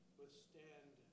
withstand